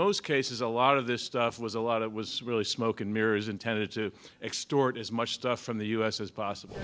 most cases a lot of this stuff was a lot it was really smoke and mirrors intended to extort as much stuff from the u s as possible